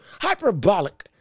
hyperbolic